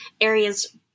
areas